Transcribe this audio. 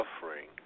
suffering